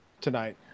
tonight